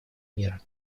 мира